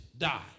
Die